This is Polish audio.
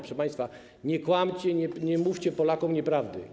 Proszę państwa, nie kłamcie, nie mówcie Polakom nieprawdy.